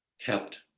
kept,